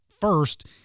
first